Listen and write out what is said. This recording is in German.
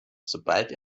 sobald